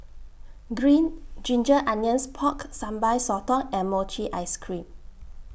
Green Ginger Onions Pork Sambal Sotong and Mochi Ice Cream